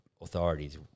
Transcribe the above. authorities